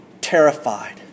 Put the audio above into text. terrified